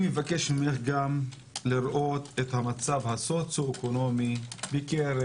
אני מבקש ממך לראות את המצב הסוציואקונומי בקרב